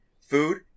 food